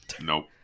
Nope